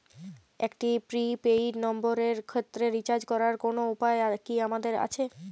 একটি prepaid নম্বরের ক্ষেত্রে রিচার্জ করার কোনো উপায় কি আমাদের আছে?